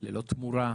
ללא תמורה,